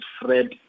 Fred